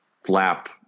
flap